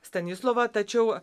stanislovą tačiau